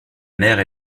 mère